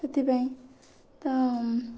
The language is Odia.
ସେଥିପାଇଁ ତ